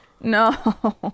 No